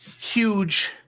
huge